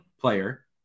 player